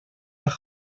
nach